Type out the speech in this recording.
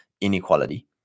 inequality